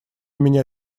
меня